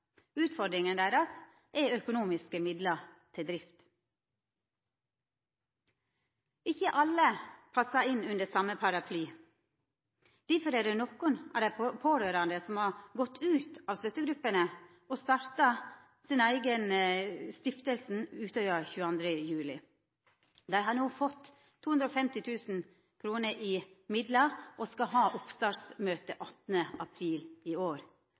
deira er økonomiske midlar til drift. Ikkje alle passar inn under same paraply. Difor er det nokre av dei pårørande som har gått ut av støttegruppene og starta sin eigen stiftelse, Utøya 2207. Dei har no fått 250 000 kr i midlar og skal ha oppstartsmøte 18. april i år.